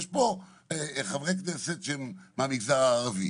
יש פה חברי כנסת שהם מהמגזר הערבי